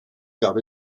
gab